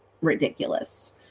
ridiculous